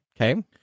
Okay